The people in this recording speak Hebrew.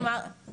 כלומר,